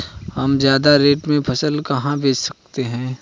हम ज्यादा रेट में फसल कहाँ बेच सकते हैं?